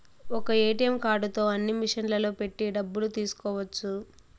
ఒక్క ఏటీఎం కార్డుతో అన్ని మిషన్లలో పెట్టి డబ్బులు తీసుకోవచ్చు